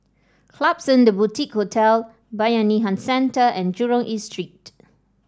Klapsons The Boutique Hotel Bayanihan Centre and Jurong East Street